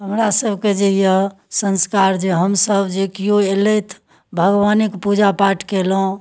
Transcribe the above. हमरा सबके जे यऽ संस्कार जे हमसब जे केओ एलथि भगवाने कऽ पूजा पाठ कयलहुँ